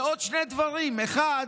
ועוד שני דברים: האחד,